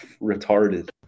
retarded